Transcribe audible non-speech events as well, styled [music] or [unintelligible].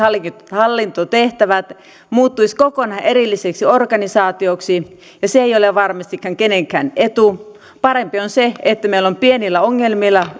hallintotehtävät muuttuisivat kokonaan erilliseksi organisaatioksi ja se ei ei ole varmastikaan kenenkään etu parempi on se että meillä on pienillä ongelmilla [unintelligible]